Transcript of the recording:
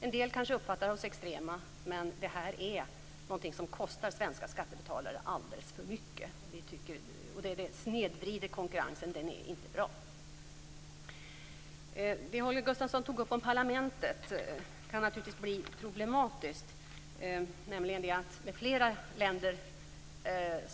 En del kanske uppfattar oss som extrema, men politiken kostar svenska skattebetalare alldeles för mycket och snedvrider konkurrensen. Den är inte bra. Det Holger Gustafsson tog upp om parlamentet kan naturligtvis bli problematiskt.